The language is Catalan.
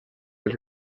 els